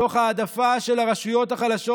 תוך העדפה של הרשויות החלשות,